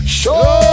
show